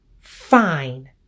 fine